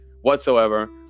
whatsoever